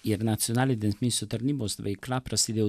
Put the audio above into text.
ir nacionalinės misijų tarnybos veikla prasidėjo